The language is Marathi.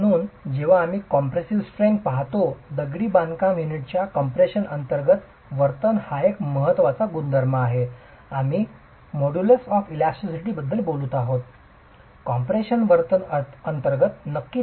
म्हणून जेव्हा आम्ही कॉम्प्रेसीव स्ट्रेंग्थ पाहतो दगडी बांधकाम युनिटच्या कम्प्रेशन अंतर्गत वर्तन हा एक महत्वाचा गुणधर्म आहे आम्ही इलास्टिसिटी मोडुलुस बद्दल बोलत आहोत कम्प्रेशन वर्तन अंतर्गत नक्कीच